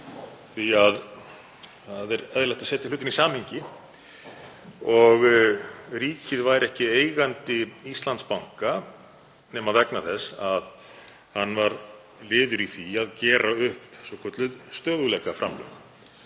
Það er eðlilegt að setja hlutina í samhengi og ríkið væri ekki eigandi Íslandsbanka nema vegna þess að hann var liður í því að gera upp svokölluð stöðugleikaframlög